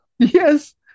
Yes